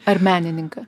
ar menininką